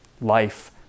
life